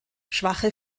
schwache